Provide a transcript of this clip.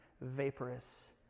vaporous